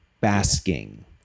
Basking